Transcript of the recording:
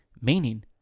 meaning